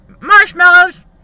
Marshmallows